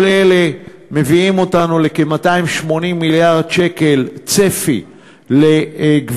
כל אלה מביאים אותנו לכ-280 מיליארד שקל צפי לגבייה,